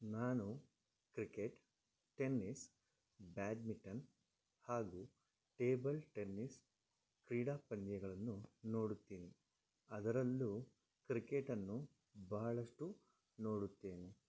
ನಾನು cricket tennis badminton ಹಾಗು table tennis ಕ್ರೀಡಾ ಪಂದ್ಯಗಳನ್ನು ನೋಡುತ್ತೇನೆ ಅದರಲ್ಲೂ ಕ್ರಿಕೆಟನ್ನು ಬಹಳಷ್ಟು ನೋಡುತ್ತೇನೆ